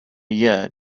year